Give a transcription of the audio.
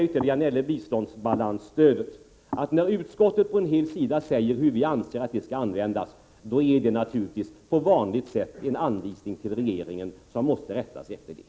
Beträffande biståndsbalansstödet vill jag säga att när utskottet på en hel sida säger hur man anser att det skall användas, då är det naturligtvis på vanligt sätt en anvisning till regeringen, som måste rätta sig därefter.